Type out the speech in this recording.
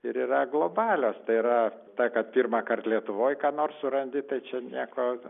ir yra globalios tai yra tai kad pirmąkart lietuvoj ką nors surandi tai čia nieko